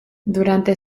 durante